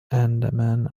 andaman